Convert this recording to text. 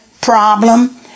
problem